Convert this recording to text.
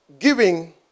giving